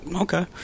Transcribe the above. Okay